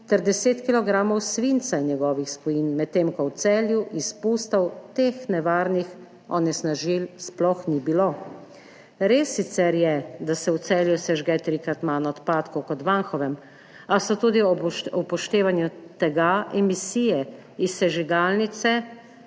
ter 10 kilogramov svinca in njegovih spojin, medtem ko v Celju izpustov teh nevarnih onesnažil sploh ni bilo. Res je sicer, da se v Celju sežge trikrat manj odpadkov kot v Anhovem, a so tudi ob upoštevanju tega emisije iz sežigalnice